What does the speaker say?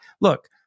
Look